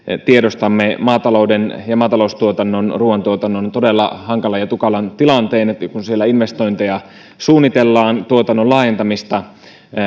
tiedostamme maatalouden ja maataloustuotannon ruuantuotannon todella hankalan ja tukalan tilanteen kun siellä investointeja suunnitellaan tuotannon laajentamista